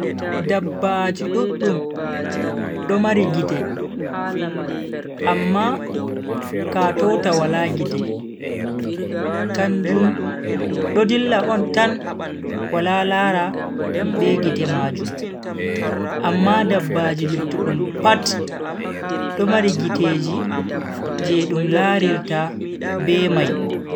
Dabbaji duddum do mari gite, amma katota wala gite. kanjum do dilla on tan wala lara be gite majum. amma dabbaji luttudum pat do mari giteji je dum larirta be mai.